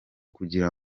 kugira